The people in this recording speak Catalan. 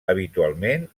habitualment